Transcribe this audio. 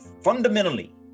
fundamentally